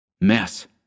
Mess